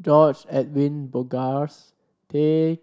George Edwin Bogaars Tay